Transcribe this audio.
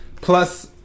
plus